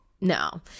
No